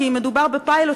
כי מדובר בפיילוט,